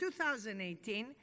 2018